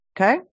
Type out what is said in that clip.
Okay